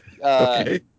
Okay